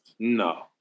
No